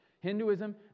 Hinduism